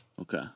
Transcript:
Okay